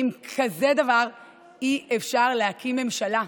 עם כזה דבר אי-אפשר להקים ממשלה.